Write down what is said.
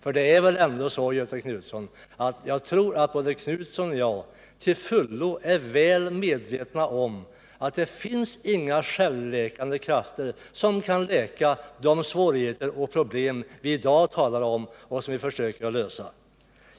Jag tror att både Göthe Knutson och jag till fullo är medvetna om att det inte finns några krafter som kan lösa de problem vi i dag talar om och som vi försöker lösa.